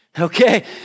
Okay